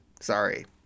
Sorry